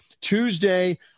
Tuesday